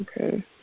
Okay